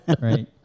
right